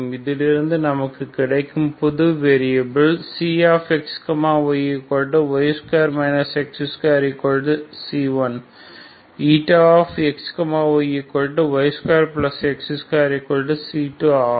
இதில் இருந்து நமக்கு கிடைக்கும் புது வெரியாபில் xyy2 x2C1 ηxyy2x2C2 ஆகும்